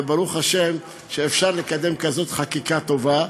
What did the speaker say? וברוך השם שאפשר לקדם כזאת חקיקה טובה,